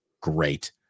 Great